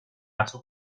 ارسال